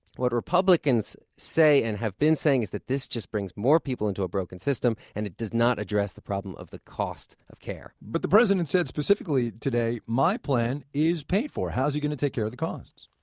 what republicans say, and have been saying, is that this just brings more people into a broken system, and it does not address the problem of the cost of care but the president said specifically today my plan is paid for. how is he going to take care of the costs?